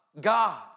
God